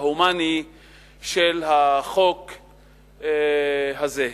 ההומני של החוק הזה?